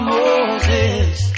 Moses